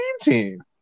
team